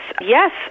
yes